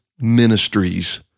ministries